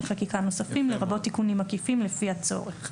חקיקה נוספים לרבות תיקונים עקיפים לפי הצורך".